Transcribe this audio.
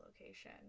location